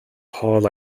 хоол